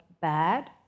bad